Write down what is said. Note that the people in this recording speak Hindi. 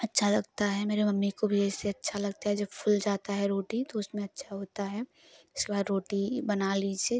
अच्छा लगता है मेरी मम्मी को भी ऐसे अच्छा लगता है जब फूल जाता है रोटी तो उसमें अच्छा होता है उसके बाद रोटी बना लीजिए